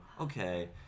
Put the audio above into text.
okay